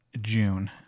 June